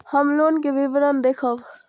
हम लोन के विवरण के देखब?